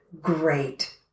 great